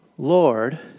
Lord